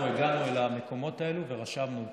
אנחנו הגענו לכל המקומות האלה ורשמנו אותם.